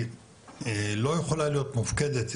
היא לא יכולה להיות מופקדת,